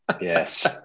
Yes